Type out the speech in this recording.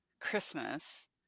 Christmas